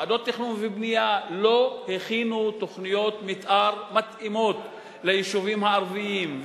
ועדות התכנון והבנייה לא הכינו תוכניות מיתאר מתאימות ליישובים הערביים.